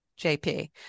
jp